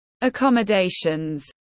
Accommodations